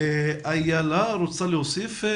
משרד הרווחה, איילה, רוצה להוסיף?